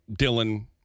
dylan